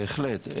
בהחלט.